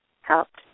helped